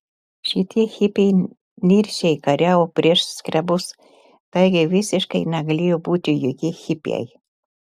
šitie hipiai niršiai kariavo prieš skrebus taigi visiškai negalėjo būti jokie hipiai